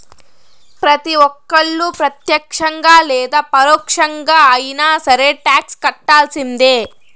ప్రతి ఒక్కళ్ళు ప్రత్యక్షంగా లేదా పరోక్షంగా అయినా సరే టాక్స్ కట్టాల్సిందే